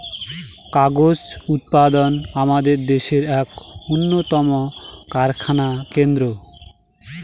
কাগজ উৎপাদনা আমাদের দেশের এক উন্নতম কারখানা কেন্দ্র